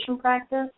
practice